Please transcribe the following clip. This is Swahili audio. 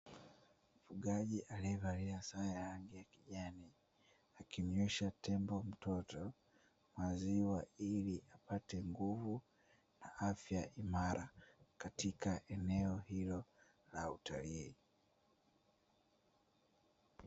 Mfugaji alievalia sare ya rangi ya kijani akimnywesha Tembo mtoto maziwa, ili apate nguvu na afya imara katika eneo hilo la utalii.